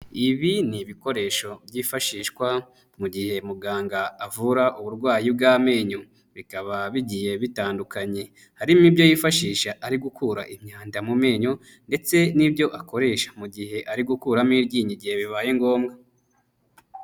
Ibi ni ibikoresho byifashishwa mu gihe muganga avura uburwayi bw'amenyo, bikaba bigiye bitandukanye, harimo ibyo yifashisha ari gukura imyanda mu menyo ndetse n'ibyo akoresha mu gihe ari gukuramo iryinyo, igihe bibaye ngombwa.